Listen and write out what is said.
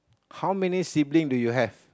how many sibling do you have